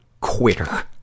quitter